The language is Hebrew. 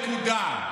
נקודה.